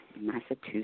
Massachusetts